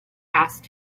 asked